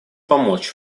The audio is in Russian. помочь